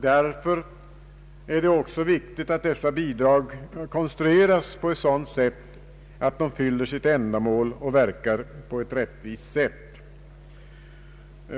Därför är det också viktigt att dessa bi drag konstrueras så att de fyller sitt ändamål och verkar på ett rättvist sätt.